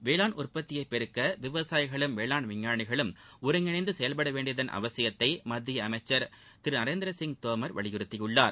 வேளாண் உற்பத்தியைப் பெருக்க விவசாயிகளும் வேளாண் விஞ்ஞாளிகளும் ஒருங்கிணைந்து செயல்படவேண்டியதன் அவசியத்தை மத்திய அமைச்சர் திரு நரேந்திரசிய் தோமர் வலியுறுத்தியுள்ளார்